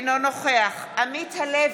אינו נוכח עמית הלוי,